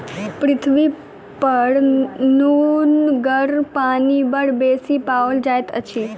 पृथ्वीपर नुनगर पानि बड़ बेसी पाओल जाइत अछि